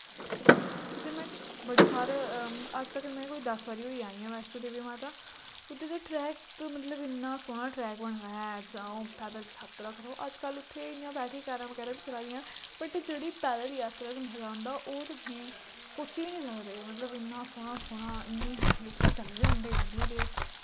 ठीक ऐ उध्दर में बड़ी सार अज तकर में कोई दस बारी होई आई आं वैश्णों देवी माता उद्धर दा ट्रैक ते मतलव इन्ना सोह्ना ट्रैक बने दा ऐ जाओ पैद्दल जात्तरा करो अजकल्ल उत्थें इयां बैट्री कारां बगैरा बी चला दियां बट जेह्ड़ी पैद्दल जात्तरा च मजा आंदा ओह् तुसें सोची वी निं सकदे मतलव इन्ना सोह्ना सोह्ना इन्नी लोकी चले दे होंदे डेल्ली दे